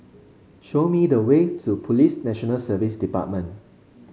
show me the way to Police National Service Department